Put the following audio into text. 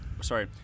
sorry